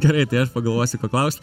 gerai tai aš pagalvosiu ko klaust